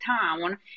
town